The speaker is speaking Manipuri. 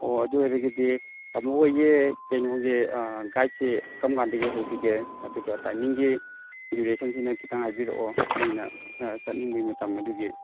ꯑꯣ ꯑꯗꯨ ꯑꯣꯏꯔꯒꯗꯤ ꯇꯥꯃꯣ ꯈꯣꯏꯒꯤ ꯀꯩꯅꯣꯒꯤ ꯒꯥꯏꯗꯁꯤ ꯀꯔꯝ ꯀꯥꯟꯗꯒꯤ ꯍꯧꯁꯤꯒꯦ ꯑꯗꯨꯒ ꯇꯥꯏꯃꯤꯡꯒꯤ ꯗ꯭ꯌꯨꯔꯦꯁꯟꯁꯤꯅ ꯈꯤꯇꯪ ꯍꯥꯏꯕꯤꯔꯛꯑꯣ ꯅꯣꯏꯅ ꯆꯠꯅꯤꯡꯕꯒꯤ ꯃꯇꯝ ꯑꯗꯨꯒꯤ